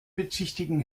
bezichtigen